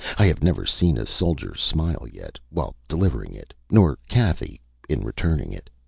i have never seen a soldier smile yet, while delivering it, nor cathy in returning it.